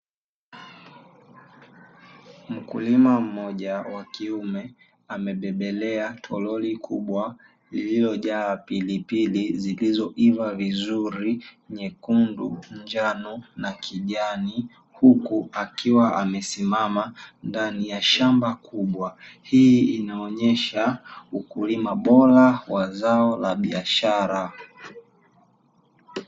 Mkulima mmoja wa kiume amebebelea toroli kubwa lililojaa pilipili zilizoiva vizuri, nyekundu, njano na kijani huku akiwa amesimama ndani ya shamba kubwa. Hii inaonyesha ukulima bora wa zao la biashara.